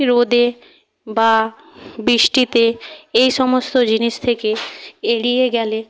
রোদে বা বৃষ্টিতে এই সমস্ত জিনিস থেকে এড়িয়ে গেলে